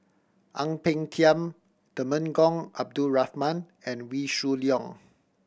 Ang Peng Tiam Temenggong Abdul Rahman and Wee Shoo Leong